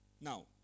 Now